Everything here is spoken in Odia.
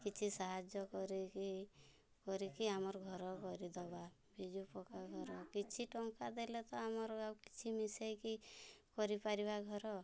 କିଛି ସାହାଯ୍ୟ କରିକି କରିକି ଆମର ଘର କରିଦେବା ବିଜୁ ପକ୍କାଘର କିଛିଟଙ୍କା ଦେଲେ ତ ଆମର ଆଉକିଛି ମିଶେଇକି କରିପାରିବା ଘର